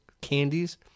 candies